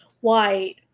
white